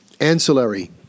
ancillary